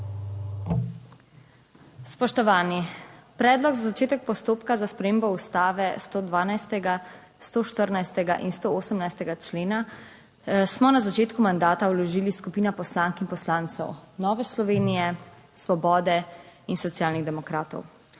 Spoštovani! Predlog za začetek postopka za spremembo Ustave 112., 114. in 118. člena smo na začetku mandata vložili skupina poslank in poslancev Nove Slovenije, Svobode in Socialnih demokratov.